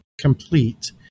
complete